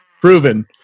Proven